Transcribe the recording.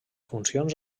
funcions